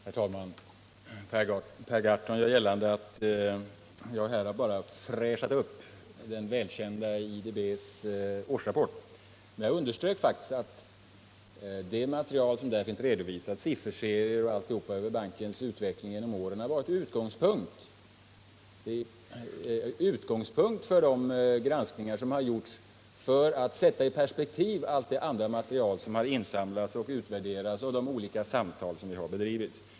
Herr talman! Per Gahrton gör gällande att jag bara fräschat upp IDB:s välkända årsrapport. Men jag underströk faktiskt att det material som finns redovisat där — sifferserier m.m. över bankens utveckling genom åren — varit utgångspunkt för de granskningar som gjorts för att ge perspektiv åt allt det andra material som insamlats och utvärderats liksom åt de olika samtal som förts.